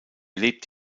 lebt